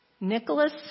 Nicholas